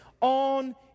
on